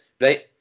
right